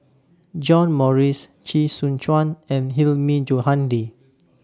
John Morrice Chee Soon Juan and Hilmi Johandi